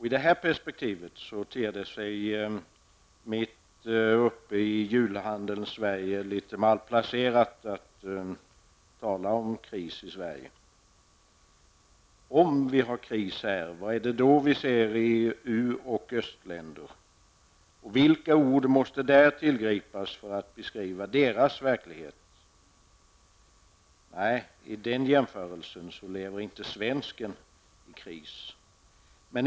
I det här perspektivet ter det sig, mitt uppe i julhandelns Sverige, litet malplacerat att tala om kris i Sverige. Om vi har kris här, vad är det då vi ser i u och östländer? Vilka ord måste där tillgripas för att beskriva deras verklighet? Nej, vid den jämförelsen lever inte svensken i kris.